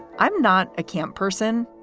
i'm not a camp person,